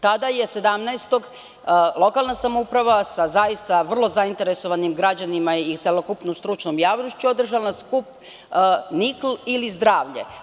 Tada je 17. novembra, lokalna samouprava sa zaista vrlo zainteresovanim građanima i celokupnom stručnom javnošću održala skup „Nikl ili zdravlje“